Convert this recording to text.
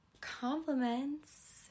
Compliments